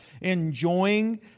enjoying